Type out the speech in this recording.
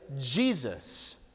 Jesus